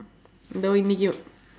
இதோ இன்றைக்கும்:ithoo inraikkum